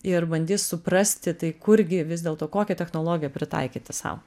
ir bandys suprasti tai kurgi vis dėlto kokią technologiją pritaikyti sau